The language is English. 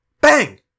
Bang